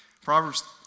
Proverbs